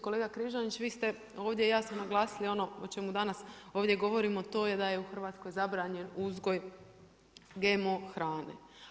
Kolega Križanić, vi ste ovdje jasno naglasili ono o čemu danas ovdje govorimo to je da je u Hrvatskoj zabranjen uzgoj GMO hrane.